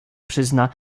przyzna